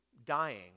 dying